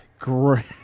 Great